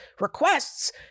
requests